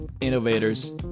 innovators